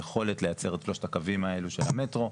היכולת לייצר את שלושת הקווים האלה של המטרו,